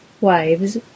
wives